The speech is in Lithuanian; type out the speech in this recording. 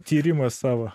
tyrimą savo